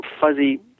fuzzy